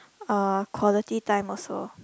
uh quality time also